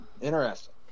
Interesting